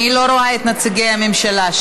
אני לא רואה את נציגי הממשלה.